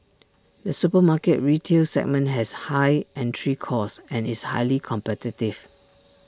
the supermarket retail segment has high entry costs and is highly competitive